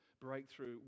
breakthrough